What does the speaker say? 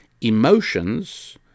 Emotions